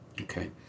Okay